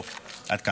זהו, עד כאן.